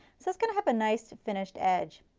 so it's going to have a nice finished edge,